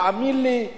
תאמין לי,